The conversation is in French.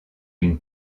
une